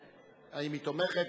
אם היא תומכת,